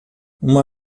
uma